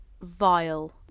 vile